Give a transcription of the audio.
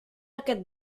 aquest